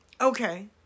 Okay